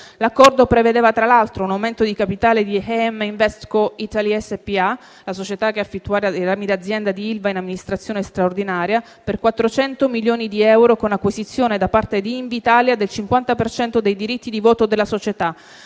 L'accordo prevedeva, tra l'altro, un aumento di capitale di AM InvestCo Italy SpA, la società affittuaria dei rami d'azienda di ILVA in amministrazione straordinaria, per 400 milioni di euro con acquisizione da parte di Invitalia del 50 per cento dei diritti di voto della società,